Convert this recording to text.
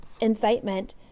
incitement